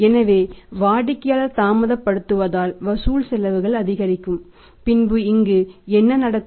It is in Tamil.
எனவே வாடிக்கையாளர் தாமதப்படுத்துவதால் வசூல் செலவுகள் அதிகரிக்கும் பின்பு இங்கு என்ன நடக்கும்